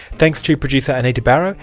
thanks to producer anita barraud,